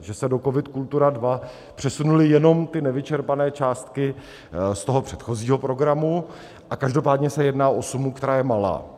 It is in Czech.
Že se do COVID Kultura II přesunuly jenom ty nevyčerpané částky z toho předchozího programu, a každopádně se jedná u sumu, která je malá.